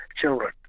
children